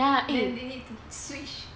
then they need to switch